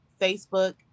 Facebook